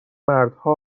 مردها